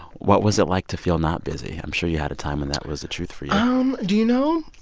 what was it like to feel not busy? i'm sure you had a time when that was the truth for you um do you know?